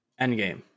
Endgame